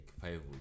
five